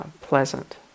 pleasant